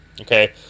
Okay